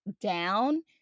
down